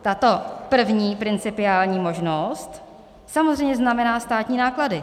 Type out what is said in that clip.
Tato první principiální možnost samozřejmě znamená státní náklady.